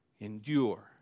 Endure